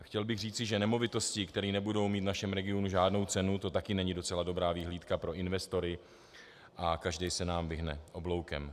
Chtěl bych říci, že nemovitosti, které nebudou mít v našem regionu žádnou cenu, to taky není docela dobrá vyhlídka pro investory a každý se nám vyhne obloukem.